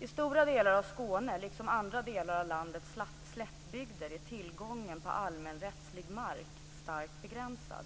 I stora delar av Skåne, liksom i andra delar av landets slättbygder, är tillgången på allmänrättslig mark starkt begränsad.